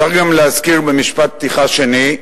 צריך גם להזכיר, במשפט פתיחה שני,